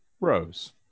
Rose